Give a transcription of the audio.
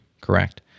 Correct